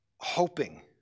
hoping